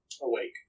awake